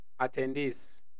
attendees